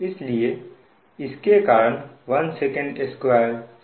इसलिए इसके कारण 1 Sec2 SecSec है